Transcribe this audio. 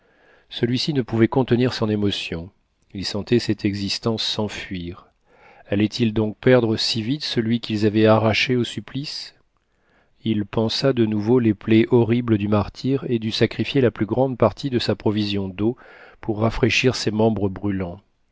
celui-ci ne pouvait contenir son émotion il sentait cette existence s'enfuir allaient-ils donc perdre si vite celui qu'ils avaient arraché au supplice il pansa de nouveau les plaies horribles du martyr et dut sacrifier la plus grande partie de sa provision d'eau pour rafraîchir ses membres brûlants